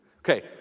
Okay